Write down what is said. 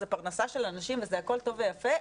זו פרנסה של אנשים וזה הכול טוב ויפה,